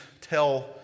tell